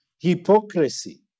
hypocrisy